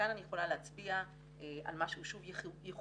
כאן אני יכולה להצביע על משהו שהוא ייחודי,